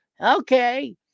Okay